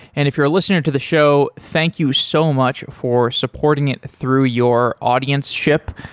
and if you're a listener to the show, thank you so much for supporting it through your audienceship.